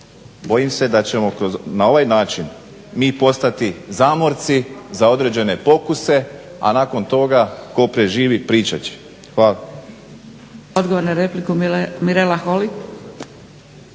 bojim se da ćemo na ovaj način mi postati zamorci za određene pokuse, a nakon toga tko preživi pričat će. Hvala.